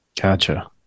Gotcha